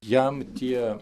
jam tie